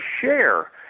share